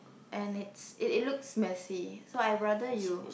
and it's it it looks messy so I rather you